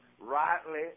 rightly